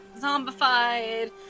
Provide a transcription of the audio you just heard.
Zombified